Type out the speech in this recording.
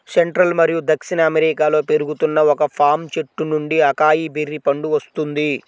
central మరియు దక్షిణ అమెరికాలో పెరుగుతున్న ఒక పామ్ చెట్టు నుండి అకాయ్ బెర్రీ పండు వస్తుంది